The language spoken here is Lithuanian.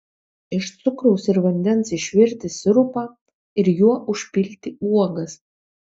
iš cukraus ir vandens išvirti sirupą ir juo užpilti uogas